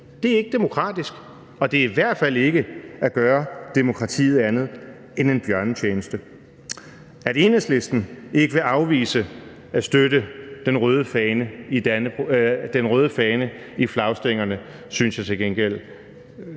Det er ikke demokratisk, og det er i hvert fald ikke at gøre demokratiet andet end en bjørnetjeneste. At Enhedslisten ikke vil afvise at støtte den røde fane i flagstængerne, synes jeg til gengæld